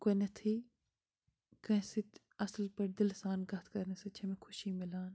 گۄڈٕنٮ۪تھٕے کٲنٛسہِ سۭتۍ اَصٕل پٲٹھۍ دِلہٕ سان کَتھ کَرنہٕ سۭتۍ چھِ مےٚ خوشی مِلان